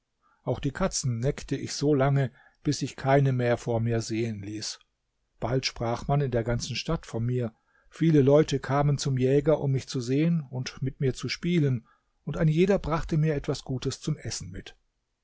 auch die katzen neckte ich so lange bis sich keine mehr vor mir sehen ließ bald sprach man in der ganzen stadt von mir viele leute kamen zum jäger um mich zu sehen und mit mir zu spielen und ein jeder brachte mir etwas gutes zum essen mit